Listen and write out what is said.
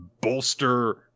bolster